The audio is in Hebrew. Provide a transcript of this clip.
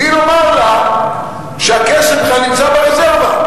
בלי לומר לה שהכסף בכלל נמצא ברזרבה,